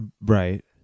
Right